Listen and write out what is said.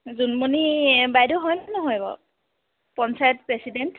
জোনমনি বাইদেউ হয়নে নহয় বাৰু পঞ্চায়ত প্ৰেচিডেণ্ট